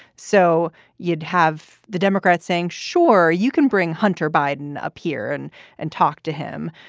so you'd have the democrats saying, sure, you can bring hunter biden up here and and talk to him.